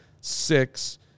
six